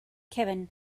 kevin